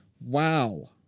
Wow